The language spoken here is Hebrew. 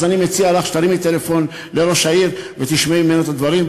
אז אני מציע לך שתרימי טלפון לראש העיר ותשמעי ממנה את הדברים,